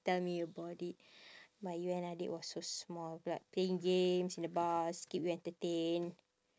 tell me about it but you and adik was so small I'll be like playing games in the bus keep you entertained